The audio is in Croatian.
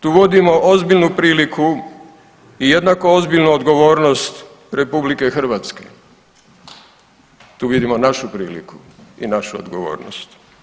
Tu vodimo ozbiljnu priliku i jednako ozbiljnu odgovornost RH, tu vidimo našu priliku i našu odgovornost.